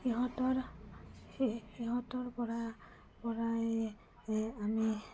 সিহঁতৰ সিহঁতৰপৰা পৰায়ে আমি